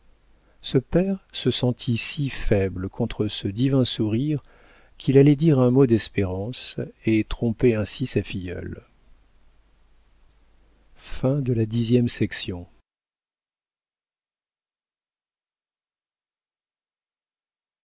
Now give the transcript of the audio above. ce père se sentit si faible contre ce divin sourire qu'il allait dire un mot d'espérance et tromper ainsi sa filleule